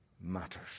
matters